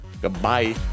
Goodbye